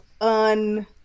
un